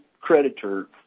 creditor